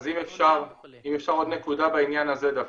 אז אם אפשר עוד נקודה בעניין הזה דווקא.